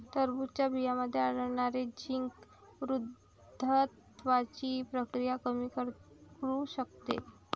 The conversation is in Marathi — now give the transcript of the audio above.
टरबूजच्या बियांमध्ये आढळणारे झिंक वृद्धत्वाची प्रक्रिया कमी करू शकते